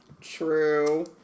true